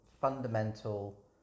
fundamental